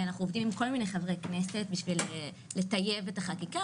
אנחנו עובדים עם חברי כנסת בשביל לטייב את החקיקה